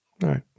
Right